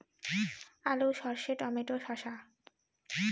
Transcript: আলু সর্ষে টমেটো শসা